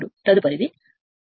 ఇప్పుడు తదుపరిది ఇదే